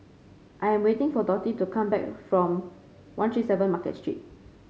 I am waiting for Dottie to come back from One Three Seven Market Street